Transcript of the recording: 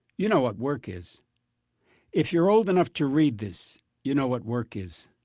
you know what work is if you're old enough to read this you know what work is,